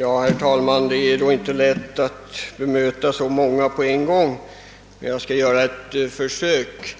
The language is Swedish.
Herr talman! Det är inte lätt att bemöta så många på en gång, men jag skall göra ett försök.